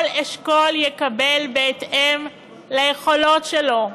כל אשכול יקבל בהתאם ליכולות שלו.